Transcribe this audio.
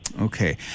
Okay